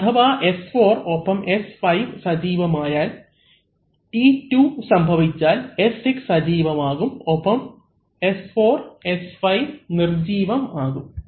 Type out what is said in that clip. അഥവാ S4 ഒപ്പം S5 സജീവം ആയാൽ T2 സംഭവിച്ചാൽ S6 സജീവം ആകും ഒപ്പം S4 S5 നിർജീവം ആകും